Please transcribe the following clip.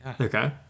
Okay